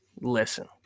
Listen